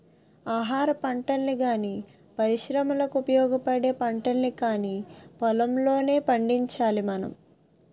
ఆహారపంటల్ని గానీ, పరిశ్రమలకు ఉపయోగపడే పంటల్ని కానీ పొలంలోనే పండించాలి మనం